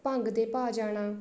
ਭੰਗ ਦੇ ਭਾਅ ਜਾਣਾ